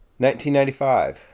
1995